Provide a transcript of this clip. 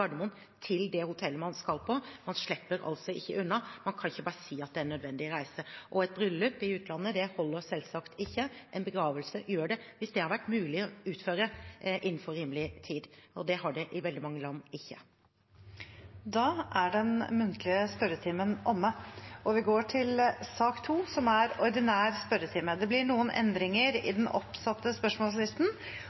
til det hotellet man skal på. Man slipper ikke unna. Man kan ikke bare si at det er en nødvendig reise. Et bryllup i utlandet holder selvsagt ikke. En begravelse gjør det, hvis det hadde vært mulig å gjennomføre innenfor rimelig tid. Det har det ikke i veldig mange land. Da er den muntlige spørretimen omme. Det blir noen endringer i den oppsatte spørsmålslisten, og presidenten viser i den sammenheng til den elektroniske spørsmålslisten i